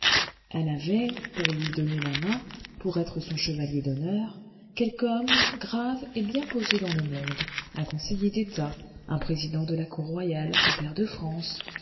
elle avait pour lui donner la main pour être son chevalier d'honneur quelque homme grave et bien posé dans le monde un conseiller d'état un président de cour royale un pair de france